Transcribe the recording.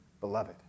beloved